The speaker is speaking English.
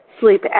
sleep